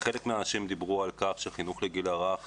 חלק מהאנשים דיברו על כך שהחינוך לגיל הרך